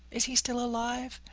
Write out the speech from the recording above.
is he still alive?